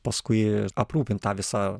paskui aprūpint tą visą